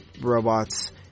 robots